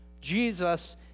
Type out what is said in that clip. Jesus